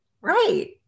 right